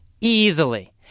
easily